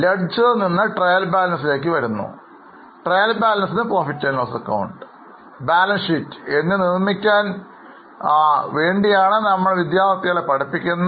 ledger നിന്ന് trial balance ലേക്ക് വരുന്നു ട്രയൽ ബാലൻസ് നിന്ന് PL ബാലൻസ് ഷീറ്റ് എന്നിവ നിർമ്മിക്കാൻ ആണ് വിദ്യാർത്ഥികളെ പഠിപ്പിക്കുന്നത്